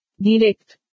direct